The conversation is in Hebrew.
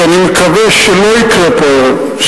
שאני מקווה שלא יקרה פה הערב,